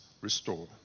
restore